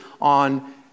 on